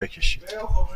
بکشید